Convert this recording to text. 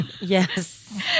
Yes